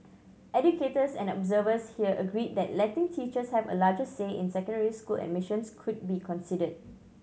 educators and observers here agreed that letting teachers have a larger say in secondary school admissions could be considered